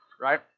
right